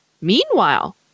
Meanwhile